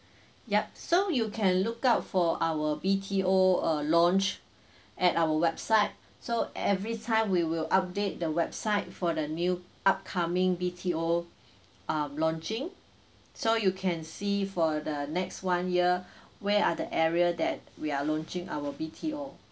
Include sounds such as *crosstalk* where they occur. yup so you can look out for our B_T_O uh launch at our website so every time we will update the website for the new upcoming B_T_O um launching so you can see for the next one year *breath* where are the area that we are launching our B_T_O